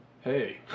hey